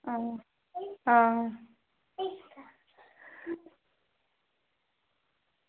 आं आं